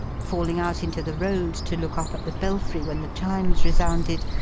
falling out into the road to look up at the belfry when the chimes resounded,